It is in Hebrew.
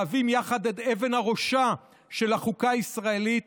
מהווים יחד את אבן הראשה של החוקה הישראלית